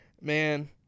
man